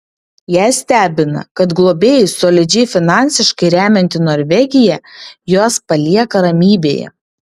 ją stebina kad globėjus solidžiai finansiškai remianti norvegija juos palieka ramybėje